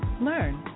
learn